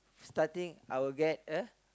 starting I will get a